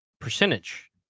percentage